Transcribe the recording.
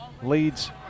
Leads